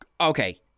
Okay